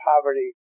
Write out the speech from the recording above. poverty